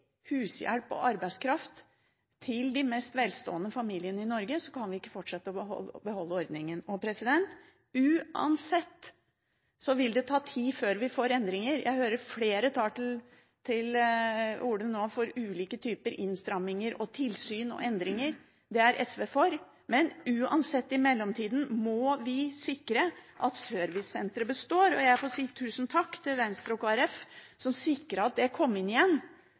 hushjelp og arbeidskraft til de mest velstående familiene i Norge, kan vi ikke fortsette å beholde ordningen. Uansett vil det ta tid før vi får endringer. Jeg hører flere nå tar til orde for ulike typer innstramminger, tilsyn og endringer. Det er SV for, men vi må i mellomtiden uansett sikre at servicesenteret består. Og jeg får si tusen takk til Venstre og Kristelig Folkeparti som sikret at det kom inn igjen,